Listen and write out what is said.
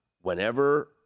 whenever